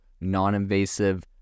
non-invasive